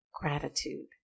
gratitude